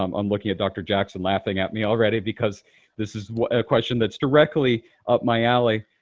um i'm looking at dr. jackson laughing at me already because this is a question that's directly up my alley.